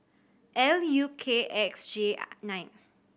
L U K X J nine